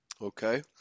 okay